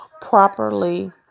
properly